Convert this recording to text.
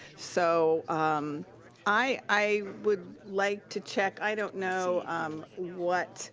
so i would like to check, i don't know what